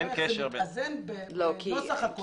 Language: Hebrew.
נראה איך זה מתאזן בנוסח הכולל של החוק.